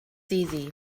easy